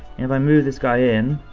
if i move this guy in,